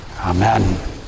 Amen